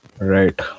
Right